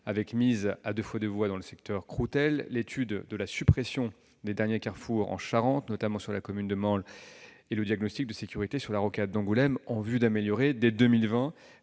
avec mise à 2x2 voies dans le secteur de Croutelle ; l'étude de la suppression des derniers carrefours en Charente, notamment sur la commune de Mansle ; le diagnostic de sécurité sur la rocade d'Angoulême, en vue d'améliorer, dès 2020,